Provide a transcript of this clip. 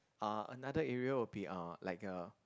uh another area will be uh like a